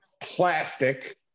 plastic